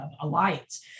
alliance